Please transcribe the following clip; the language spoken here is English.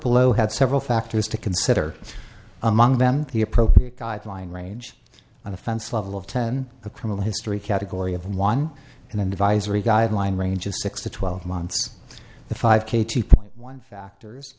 below had several factors to consider among them the appropriate guideline range of offense level of ten the criminal history category of one and then divisor a guideline range of six to twelve months the five k two point one factors